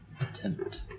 Attempt